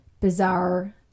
bizarre